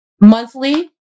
monthly